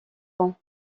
ans